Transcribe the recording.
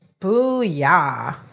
Booyah